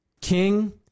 King